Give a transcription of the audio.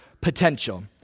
potential